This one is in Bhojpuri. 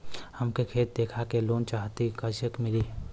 हमके खेत देखा के लोन चाहीत कईसे मिली?